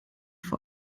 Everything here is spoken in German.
vor